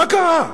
מה קרה?